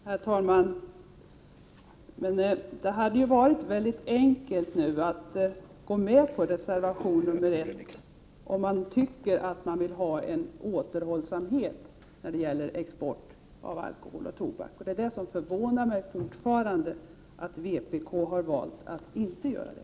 Herr talman! Det hade varit mycket enkelt att nu gå med på reservation 1, om man vill ha en återhållsamhet när det gäller export av alkohol och tobak. Vad som fortfarande förvånar mig är att vpk har valt att inte göra det.